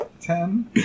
ten